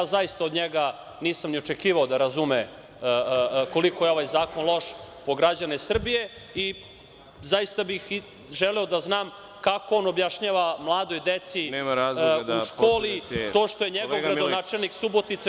Zaista od njega nisam ni očekivao da razume koliko je ovaj zakon loš po građane Srbije i zaista bih želeo da znam kako on objašnjava mladoj deci u školi to što je njegov gradonačelnik Subotice